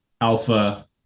alpha